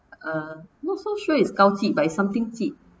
uh not so sure is gao ji but it's something ji